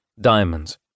diamonds